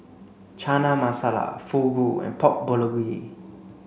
Chana Masala Fugu and Pork Bulgogi